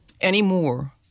anymore